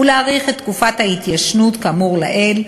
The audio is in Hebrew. ולהאריך את תקופת ההתיישנות כאמור לעיל,